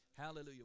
Hallelujah